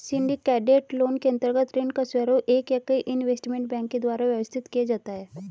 syndicated loan के अंतर्गत ऋण का स्वरूप एक या कई इन्वेस्टमेंट बैंक के द्वारा व्यवस्थित किया जाता है